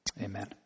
amen